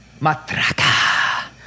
Matraca